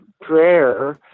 prayer